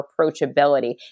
approachability